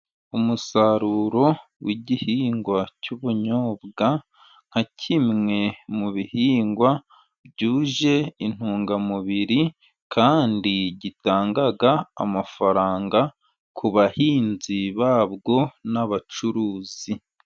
Umusaruro w'igihingwa cy'ubunyobwa, nka kimwe mu bihingwa byuje intungamubiri, kandi gitanga amafaranga ku bahinzi babwo n'abacuruzi.